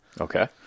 Okay